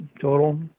total